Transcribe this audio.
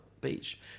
beach